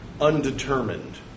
undetermined